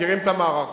מכירים את המערכות,